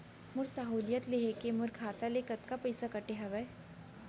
मोर सहुलियत लेहे के मोर खाता ले कतका पइसा कटे हवये?